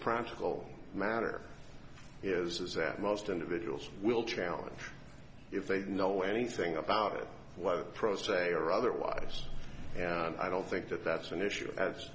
practical matter is that most individuals will challenge if they know anything about it whether pro se or otherwise and i don't think that that's an issue